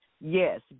Yes